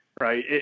right